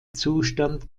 zustand